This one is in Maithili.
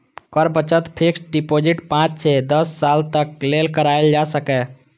कर बचत फिस्क्ड डिपोजिट पांच सं दस साल तक लेल कराएल जा सकैए